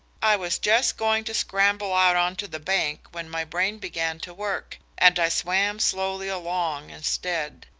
i was just going to scramble out on to the bank when my brain began to work, and i swam slowly along instead.